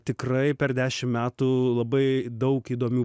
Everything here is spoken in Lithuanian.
tikrai per dešim metų labai daug įdomių